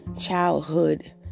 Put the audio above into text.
childhood